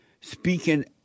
speaking